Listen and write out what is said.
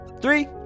three